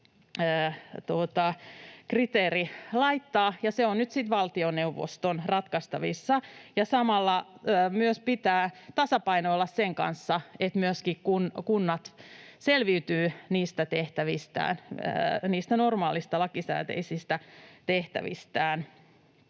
kriteeri laittaa, ja se on nyt sitten valtioneuvoston ratkaistavissa. Samalla pitää tasapainoilla myös sen kanssa, että kunnat selviytyvät normaaleista lakisääteisistä tehtävistään.